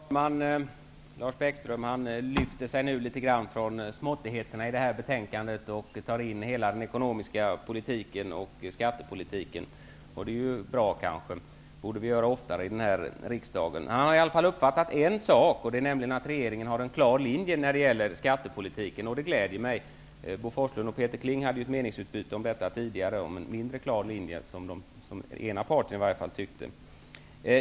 Herr talman! Lars Bäckström lyfter sig nu litet grand från småttigheterna i det här betänkandet och tar in hela den ekonomiska politiken och skattepolitiken i resonemanget, och det är kanske bra -- det borde vi göra oftare här i riksdagen. Han har i alla fall uppfattat en sak, och det är att regeringen har en klar linje när det gäller skattepolitiken, och det gläder mig. Bo Forslund och Peter Kling hade ju tidigare ett meningsutbyte om en mindre klar linje, i varje fall enligt den ena partens uppfattning.